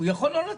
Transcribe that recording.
יכול לא לתת.